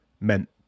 meant